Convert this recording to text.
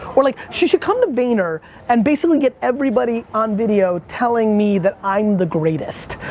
or like she should come to vayner and basically get everybody on video telling me that i'm the greatest,